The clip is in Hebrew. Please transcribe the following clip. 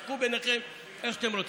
תשחקו ביניכם איך שאתם רוצים.